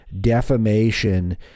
defamation